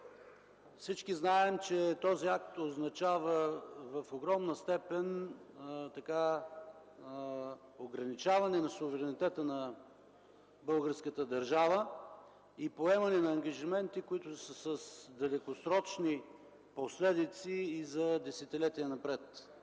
Всички знаем, че този акт означава в огромна степен ограничаване на суверенитета на българската държава и поемане на ангажименти, които са с далекосрочни последици и за десетилетия напред.